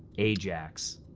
ajax,